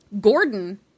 Gordon